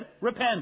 repent